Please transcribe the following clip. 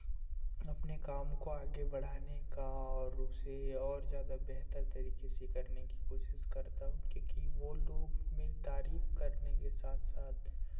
अपने काम को आगे बढ़ाने का और उसे और ज़्यादा बेहतर तरीके से करने की कोशिश करता हूँ क्योंकि वो लोग मेरी तारीफ करने के साथ साथ